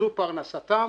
שזו פרנסתם,